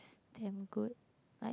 damn good like